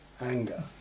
anger